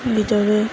এইদৰে